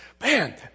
Man